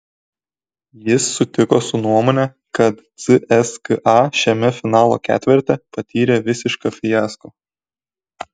jis sutiko su nuomone kad cska šiame finalo ketverte patyrė visišką fiasko